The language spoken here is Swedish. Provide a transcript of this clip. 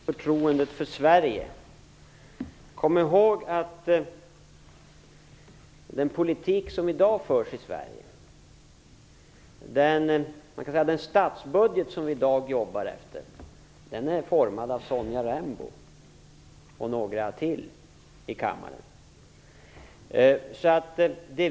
Fru talman! Låt mig börja med förtroendet för Sverige. Kom ihåg att den statsbudget som vi jobbar efter i dag är formad av Sonja Rembo och några till i kammaren.